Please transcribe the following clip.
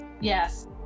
Yes